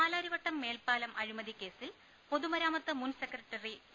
പാലാരിവട്ടം മേൽപ്പാലം അഴിമതിക്കേസിൽ പൊതുമരാമത്ത് മുൻസെക്രട്ടറി ടി